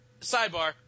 Sidebar